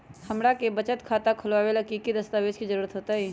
हमरा के बचत खाता खोलबाबे ला की की दस्तावेज के जरूरत होतई?